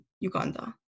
Uganda